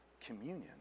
communion